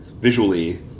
visually